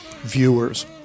viewers